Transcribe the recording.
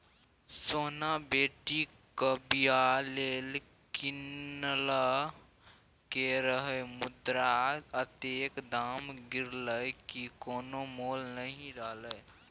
सोना बेटीक बियाह लेल कीनलकै रहय मुदा अतेक दाम गिरलै कि कोनो मोल नहि रहलै